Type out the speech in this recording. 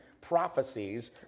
prophecies